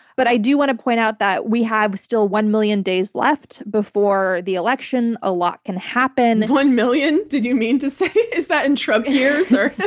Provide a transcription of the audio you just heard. but i do want to point out that we have, still, one million days left before the election. a lot can happen. one million? ddid you mean to say? is that in trump years or.